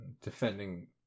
Defending